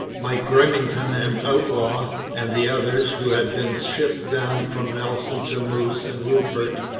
mike grimmington and outlaw and the others, who had been shipped down from nelson to moose and rupert,